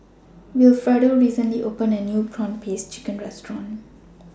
Wilfredo recently opened A New Prawn Paste Chicken Restaurant